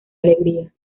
alegría